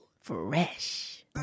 fresh